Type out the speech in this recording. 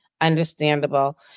Understandable